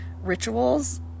rituals